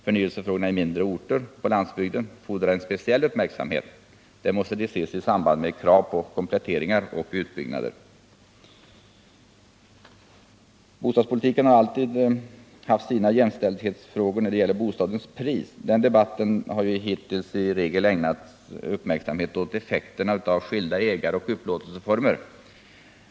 Förnyelsefrågorna i mindre orter och på landsbygden fordrar en speciell uppmärksamhet — där måste de ses i samband med krav på kompletteringar och utbyggnader. Bostadspolitiken har alltid haft sina jämställdhetsfrågor när det gäller bostadens pris. Den debatten har hittills i regel ägnat uppmärksamhet åt effekterna av skilda ägaroch upplåtelseformer.